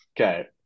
Okay